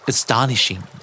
Astonishing